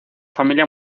familia